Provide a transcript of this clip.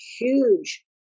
huge